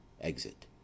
Exit